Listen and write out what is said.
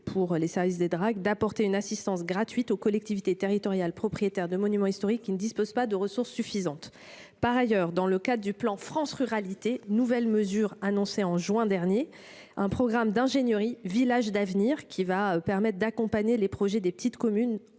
peuvent d’ores et déjà apporter une assistance gratuite aux collectivités territoriales propriétaires de monuments historiques qui ne disposent pas de ressources suffisantes. Par ailleurs, dans le cadre du plan France Ruralités, nouvelle mesure annoncée en juin dernier, le programme d’ingénierie Villages d’avenir va permettre d’accompagner les projets des petites communes,